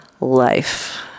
life